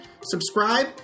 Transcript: Subscribe